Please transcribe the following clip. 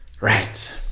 Right